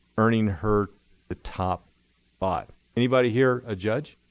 earning her the top spot. anybody here a judge?